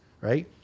Right